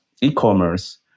e-commerce